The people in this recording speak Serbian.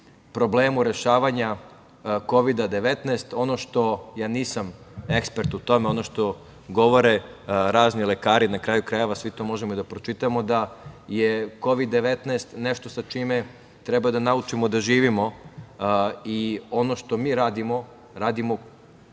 problemu rešavanja Kovida 19. Ono što, ja nisam ekspert u tome, govore razni lekari, na kraju krajeva svi to možemo da pročitamo, da je Kovid 19 nešto sa čime treba da naučimo da živimo i ono što mi radimo, radimo